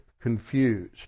confused